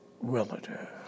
relative